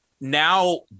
now